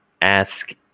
ask